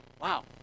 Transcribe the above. Wow